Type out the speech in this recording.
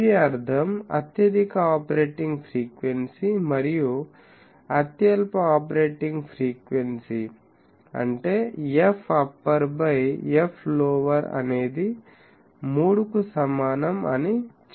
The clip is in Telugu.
దీని అర్థం అత్యధిక ఆపరేటింగ్ ఫ్రీక్వెన్సీ మరియు అత్యల్ప ఆపరేటింగ్ ఫ్రీక్వెన్సీ అంటే fupper బై flower అనేది 3 కు సమానం అని చెప్పవచ్చు